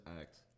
act